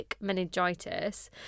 meningitis